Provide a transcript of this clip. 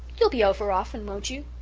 you'll be over often, won't you?